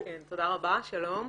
תודה רבה, שלום.